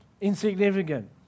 insignificant